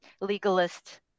legalist